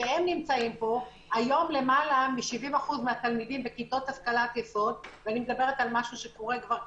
היום למעלה מ-70% מהתלמידים בכיתות השכלת יסוד הם